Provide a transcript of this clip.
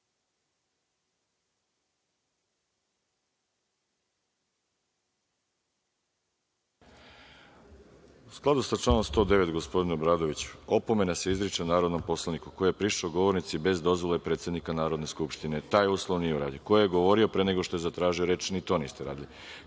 U skladu sa članom 109, gospodine Obradoviću, opomena se izriče narodnom poslaniku koji je prišao govornici bez dozvole predsednika Narodne skupštine, taj uslov nije uradio, koji je govorio pre nego što je zatražio reč, ni to niste radili,